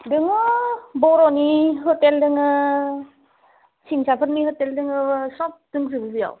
दोङो बर'नि हटेल दोङो सिंन्साफोरनि हटेल दोङो आरो सब दंजोबो बेयाव